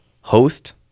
host